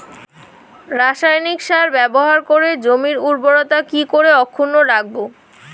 রাসায়নিক সার ব্যবহার করে জমির উর্বরতা কি করে অক্ষুণ্ন রাখবো